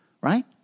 right